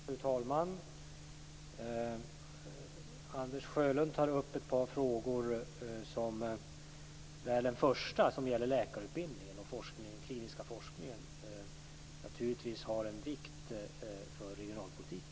Fru talman! Anders Sjölund tar upp ett par frågor varav den första, den som gäller läkarutbildningen och den kliniska forskningen, naturligtvis har vikt för regionalpolitiken.